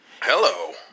Hello